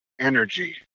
energy